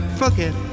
forget